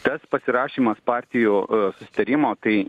tas pasirašymas partijų susitarimo tai